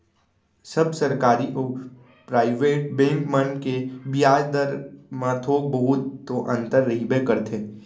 सब सरकारी अउ private bank मन के बियाज दर म थोक बहुत तो अंतर रहिबे करथे